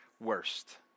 worst